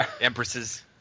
empresses